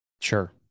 Sure